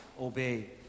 obey